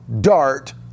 dart